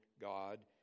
God